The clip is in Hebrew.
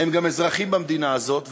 הם גם אזרחים במדינה הזאת,